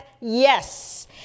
yes